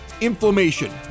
inflammation